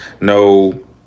no